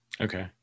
Okay